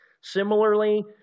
Similarly